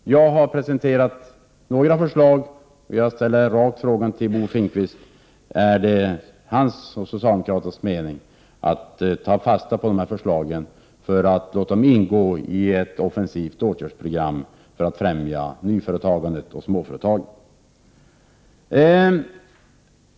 Jag har presenterat några förslag, och jag ställer frågan till Bo Finnkvist: Är det Bo Finnkvists och socialdemokraternas mening att ta fasta på dessa förslag för att låta dem ingå i ett offensivt åtgärdsprogram för att främja nyföretagandet och småföretagandet?